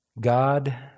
God